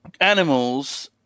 animals